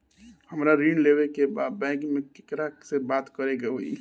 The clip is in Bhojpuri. हमरा ऋण लेवे के बा बैंक में केकरा से बात करे के होई?